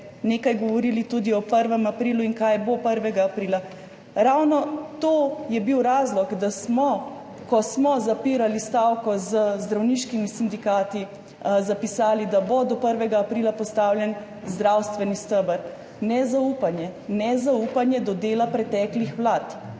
nekaj govorili tudi o 1. aprilu in kaj bo 1. aprila. Ravno to je bil razlog, da smo, ko smo zapirali stavko z zdravniškimi sindikati, zapisali, da bo do 1. aprila postavljen zdravstveni steber – nezaupanje, nezaupanje do dela preteklih vlad.